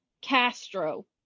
Castro